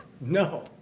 No